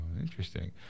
Interesting